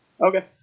okay